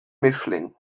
mischling